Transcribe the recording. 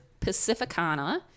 Pacificana